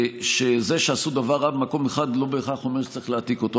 שזה שעשו דבר רע במקום אחד לא בהכרח אומר שצריך להעתיק אותו.